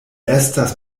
estas